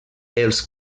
els